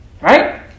Right